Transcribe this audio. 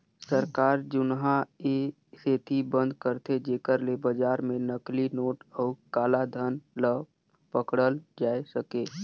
सरकार जुनहा ए सेती बंद करथे जेकर ले बजार में नकली नोट अउ काला धन ल पकड़ल जाए सके